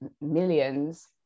millions